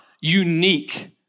unique